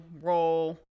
roll